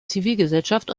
zivilgesellschaft